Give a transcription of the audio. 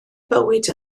bywyd